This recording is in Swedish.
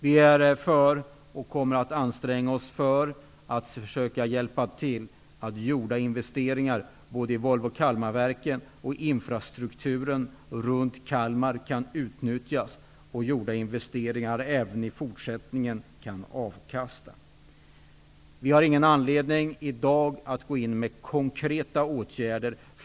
Vi kommer att anstränga oss för att gjorda investeringar i Volvo Kalmarverken och i infrastrukturen runt Kalmar även i fortsättningen skall kunna utnyttjas och ge avkastning. Vi har i dag ingen anledning att gå in med konkreta åtgärder.